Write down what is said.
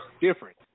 different